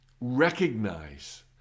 recognize